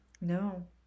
no